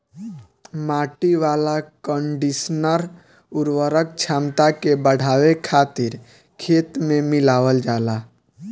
माटी वाला कंडीशनर उर्वरक क्षमता के बढ़ावे खातिर खेत में मिलावल जाला